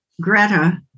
Greta